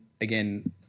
again